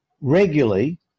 regularly